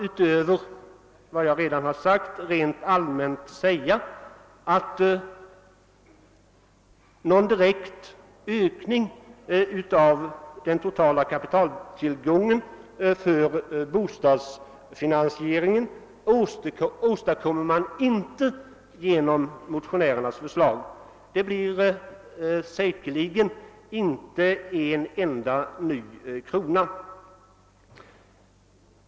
Utöver vad jag redan sagt kan rent allmänt sägas att någon direkt ökning av den totala kapitaltillgången för bostadsfinansieringen inte åstadkommes genom motionärernas förslag; det blir säkerligen inte en enda ny krona.